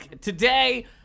today